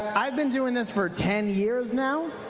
i have been doing this for ten years now.